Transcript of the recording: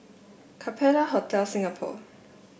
Capella Hotel Singapore